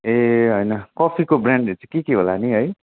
ए होइन कफिको ब्रान्डहरू चाहिँ के के होला नि है